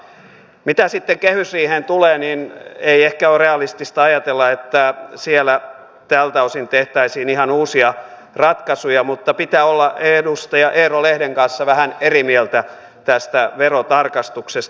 mitä sitten kehysriiheen tulee niin ei ehkä ole realistista ajatella että siellä tältä osin tehtäisiin ihan uusia ratkaisuja mutta pitää olla edustaja eero lehden kanssa vähän eri mieltä tästä verotarkastuksesta